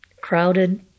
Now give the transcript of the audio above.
crowded